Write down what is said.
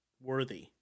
worthy